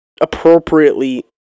appropriately